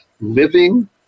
living